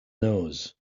nose